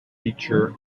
feature